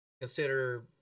consider